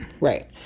right